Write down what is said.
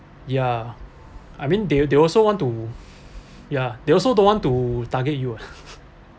ya I mean they they also want to yeah they also don't want to target you ah